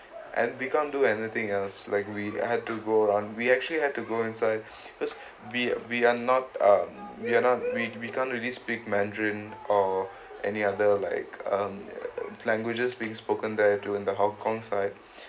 and we can't do anything else like we had to go around we actually had to go inside cause we we're not um we're not we we can't really speak mandarin or any other like um languages being spoken there during the hong kong side